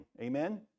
Amen